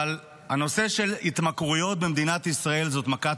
אבל הנושא של התמכרויות בישראל זאת מכת